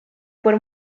por